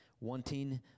wanting